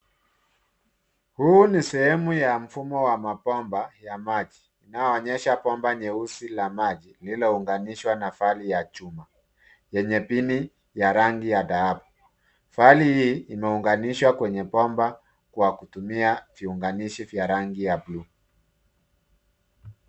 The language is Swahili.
Huu ni sehemu ya mfumo wa mabomba ya maji, inayoonyesha bomba nyeusi la maji lililounganishwa ya fahali chuma, yenye pini ya rangi ya dhahabu. Fahali hii imeunganishwa kwenye bomba kwa kutumia viunganishi vya rangi ya buluu.